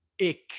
ick